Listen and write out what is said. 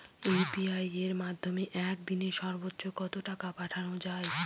UPI এর মাধ্যমে এক দিনে সর্বচ্চ কত টাকা পাঠানো যায়?